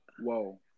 whoa